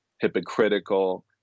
hypocritical